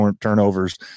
turnovers